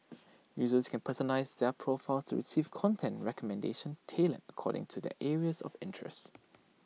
users can personalise their profiles to receive content recommendations tailored according to their areas of interest